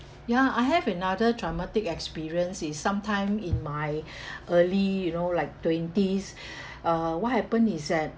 ya I have another traumatic experience it's sometime in my early you know like twenties uh what happened is that